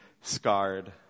scarred